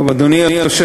טוב, אדוני היושב-ראש,